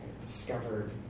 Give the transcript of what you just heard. discovered